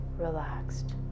relaxed